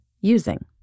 using